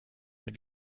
mit